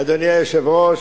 אדוני היושב-ראש,